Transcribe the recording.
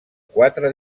quatre